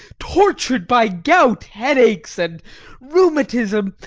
tortured by gout, headaches, and rheumatism,